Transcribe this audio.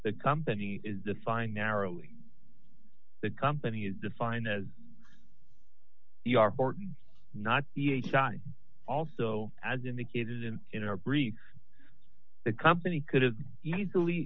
the company is defined naturally the company is defined as you are or not also as indicated in in our brief the company could have easily